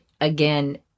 again